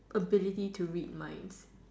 ability to read minds